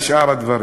על שאר הדברים.